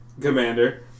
commander